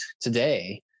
today